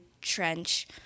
trench